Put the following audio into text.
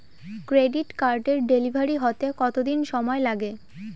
Credit কার্ডের delivery হতে কতদিন সময় লাগে?